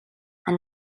and